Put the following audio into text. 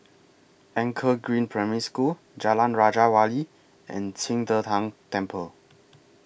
Anchor Green Primary School Jalan Raja Wali and Qing De Tang Temple